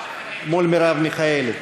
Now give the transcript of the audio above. מול מרב מיכאלי.